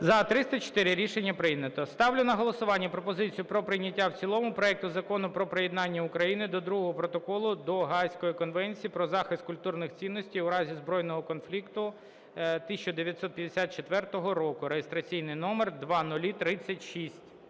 За-304 Рішення прийнято. Ставлю на голосування пропозицію про прийняття в цілому проекту Закону про приєднання України до Другого протоколу до Гаазької конвенції про захист культурних цінностей у разі збройного конфлікту 1954 року (реєстраційний номер 0036).